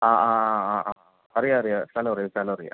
ആ ആ ആ ആ ആ അറിയാം അറിയാം സ്ഥലമറിയാം സ്ഥലമറിയാം